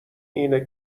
اینه